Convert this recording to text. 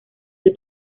del